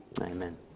Amen